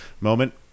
moment